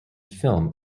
film